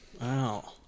Wow